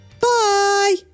bye